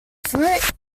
fruit